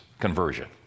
conversion